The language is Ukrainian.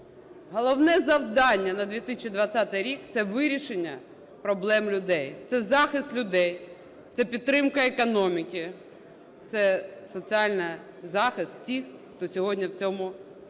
головне завдання на 2020 рік – це вирішення проблем людей, це захист людей, це підтримка економіки, це соціальний захист тих, хто сьогодні цього потребує.